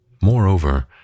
Moreover